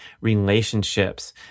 relationships